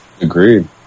Agreed